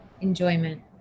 Enjoyment